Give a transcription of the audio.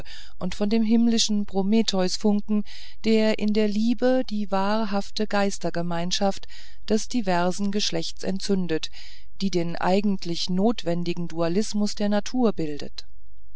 und von dem himmlischen prometheusfunken der in der liebe die wahrhafte geistergemeinschaft des diversen geschlechts entzündet die den eigentlichen notwendigen dualismus der natur bildet